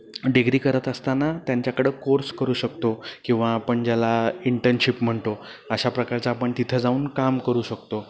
degree करत असताना त्यांच्याकडं कोर्स करू शकतो किंवा आपण ज्याला इंटर्नशिप म्हणतो अशा प्रकारचं आपण तिथं जाऊन काम करू शकतो